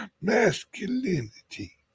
masculinity